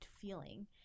feeling